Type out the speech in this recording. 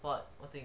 what what thing